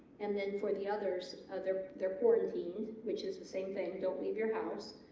and then for the others they're they're quarantined which is the same thing don't leave your house